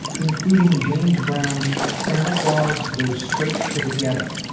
including james brown's santa claus go straight to the ghetto,